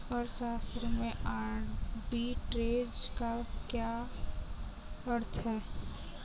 अर्थशास्त्र में आर्बिट्रेज का क्या अर्थ है?